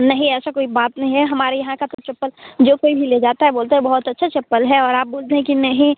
नहीं ऐसा कोई बात नहीं है हमारे यहाँ का तो चप्पल जो कोई भी ले जाता है बोलता है बहुत अच्छा चप्पल है और आप बोलते हैं कि नहीं